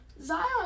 Zion